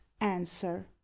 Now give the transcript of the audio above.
answer